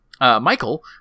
Michael